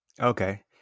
Okay